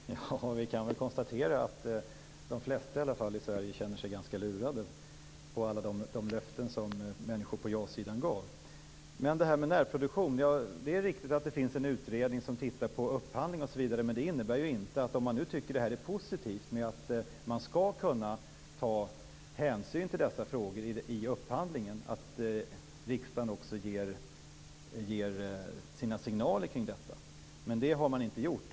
Herr talman! Vi kan väl konstatera att de flesta i Sverige känner sig ganska lurade på alla de löften som människor på ja-sidan gav. Beträffande närproduktion är det riktigt att det finns en utredning som ser över upphandling osv. Men det innebär ju inte att om man tycker att det är positivt att man skall kunna ta hänsyn till dessa frågor vid upphandlingen att riksdagen också ger några signaler om detta. Men det har man inte gjort.